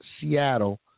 Seattle